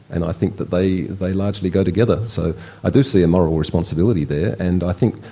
and i think that they they largely go together, so i do see a moral responsibility there. and i think,